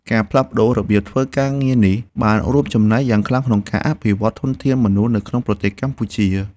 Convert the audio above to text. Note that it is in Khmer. ការផ្លាស់ប្តូររបៀបធ្វើការងារនេះបានរួមចំណែកយ៉ាងខ្លាំងដល់ការអភិវឌ្ឍធនធានមនុស្សនៅក្នុងប្រទេសកម្ពុជា។